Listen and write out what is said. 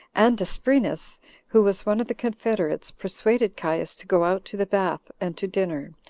and asprenas, who was one of the confederates, persuaded caius to go out to the bath, and to dinner,